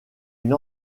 une